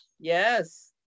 yes